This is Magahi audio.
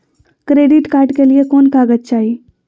क्रेडिट कार्ड के लिए कौन कागज चाही?